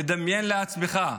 תדמיין לעצמך,